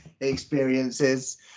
experiences